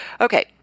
Okay